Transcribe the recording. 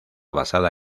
basada